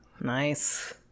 nice